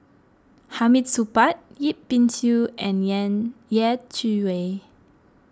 Hamid Supaat Yip Pin Xiu and Yin Yeh Chi Wei